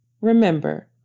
Remember